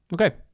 okay